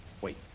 Wait